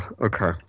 okay